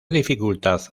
dificultad